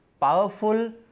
powerful